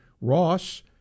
Ross